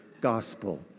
gospel